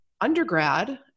undergrad